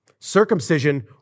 Circumcision